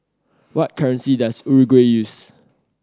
what currency does Uruguay use